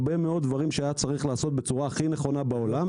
הרבה מאוד דברים שהיה צריך לעשות בצורה הכי נכונה בעולם.